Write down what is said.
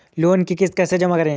Loan की किश्त कैसे जमा करें?